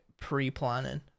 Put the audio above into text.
pre-planning